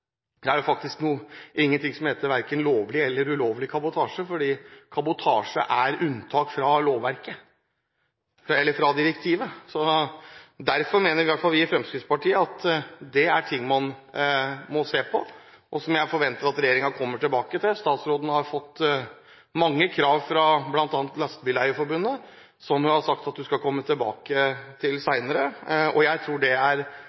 Det er faktisk ingenting som heter verken lovlig eller ulovlig kabotasje fordi kabotasje er unntak fra direktivet. Derfor mener iallfall vi i Fremskrittspartiet at det er ting man må se på og som jeg forventer at regjeringen kommer tilbake til. Statsråden har fått mange krav fra bl.a. Lastebileierforbundet, som hun har sagt at hun skal komme tilbake til senere. Jeg tror det er